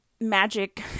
magic